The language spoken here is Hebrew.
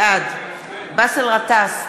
בעד באסל גטאס,